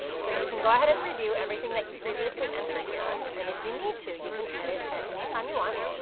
so you can go ahead and review everything that you previously entered here. and if you need to you can edit at anytime you want.